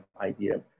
idea